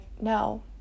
no